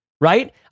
Right